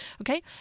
okay